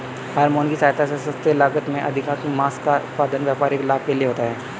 hormone की सहायता से सस्ते लागत में अधिकाधिक माँस का उत्पादन व्यापारिक लाभ के लिए होता है